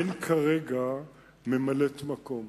כרגע אין ממלאת-מקום,